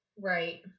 right